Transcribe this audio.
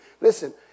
listen